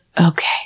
okay